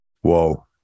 Whoa